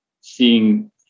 seeing